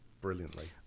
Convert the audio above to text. brilliantly